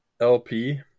LP